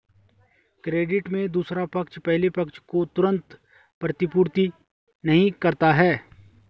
credit में दूसरा पक्ष पहले पक्ष को तुरंत प्रतिपूर्ति नहीं करता है